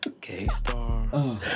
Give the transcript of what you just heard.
K-Star